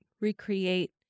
recreate